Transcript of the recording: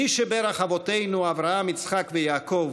מי שבירך אבותינו אברהם יצחק ויעקב